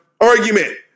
argument